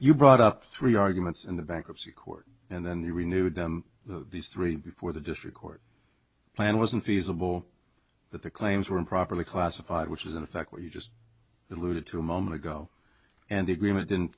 you brought up three arguments in the bankruptcy court and then you renewed them these three before the district court plan wasn't feasible that the claims were improperly classified which is in effect what you just alluded to a moment ago and the agreement didn't